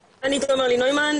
נוימן,